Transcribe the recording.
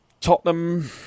Tottenham